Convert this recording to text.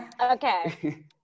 Okay